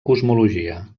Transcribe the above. cosmologia